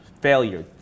Failure